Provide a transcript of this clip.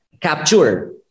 capture